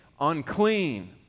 unclean